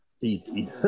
easy